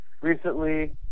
recently